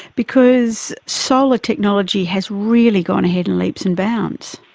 because solar technology has really gone ahead in leaps and bounds.